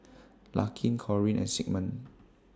Larkin Corine and Sigmund